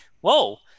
whoa